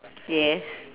yes